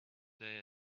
they